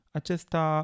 acesta